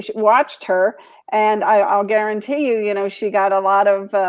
watched her and i'll guarantee you, you know she got a lot of